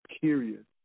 period